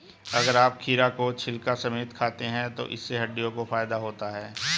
अगर आप खीरा को छिलका समेत खाते हैं तो इससे हड्डियों को फायदा होता है